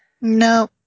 No